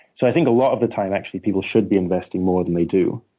so i think a lot of the time, actually, people should be investing more than they do.